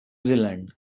zealand